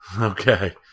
Okay